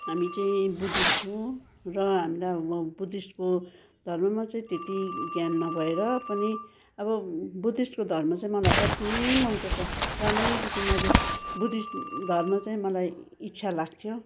हामी चाहिँ बुद्धिस्ट हुँ र हाम्रा बुद्धिस्टको धर्ममा चाहिँ त्यति ज्ञान नभएर पनि अब बुद्धिस्टको धर्म चाहिँ मलाई अति नै मनपर्छ सानैदेखिन् मैले बुद्धिस्ट धर्म चाहिँ मलाई इच्छा लाग्थ्यो